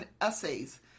essays